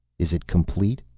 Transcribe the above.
is it complete?